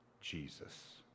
Jesus